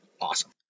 awesome